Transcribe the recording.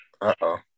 Uh-oh